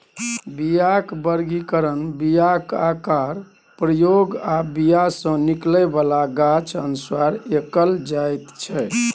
बीयाक बर्गीकरण बीयाक आकार, प्रयोग आ बीया सँ निकलै बला गाछ अनुसार कएल जाइत छै